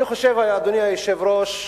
אני חושב, אדוני היושב-ראש,